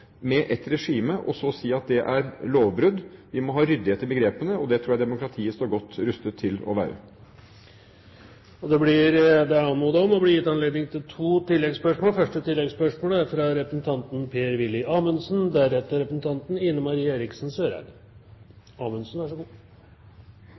med ett regime, og så si at det er lovbrudd. Vi må ha ryddighet i begrepene, og det tror jeg demokratiet står godt rustet til å ha. Det blir gitt anledning til tre oppfølgingsspørsmål – først Per-Willy Amundsen. Det blir litt besynderlig når utenriksministeren viser til